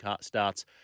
starts